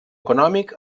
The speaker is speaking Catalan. econòmic